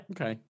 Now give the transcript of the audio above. Okay